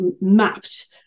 mapped